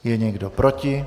Je někdo proti?